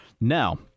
Now